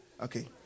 Okay